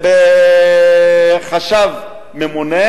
עם חשב ממונה